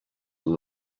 amb